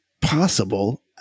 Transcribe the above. possible